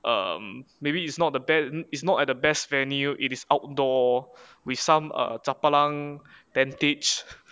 um maybe it's not the best is not at the best value it is outdoor with some err chapalang tentage